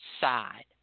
side